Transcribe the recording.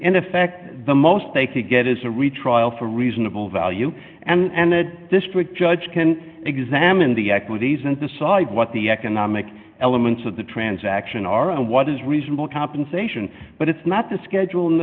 in effect the most they could get is a retrial for reasonable value and that district judge can examine the equities and decide what the economic elements of the transaction are and what is reasonable compensation but it's not the schedule